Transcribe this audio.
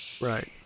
Right